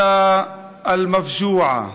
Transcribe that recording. אני שולח את תנחומיי למשפחה,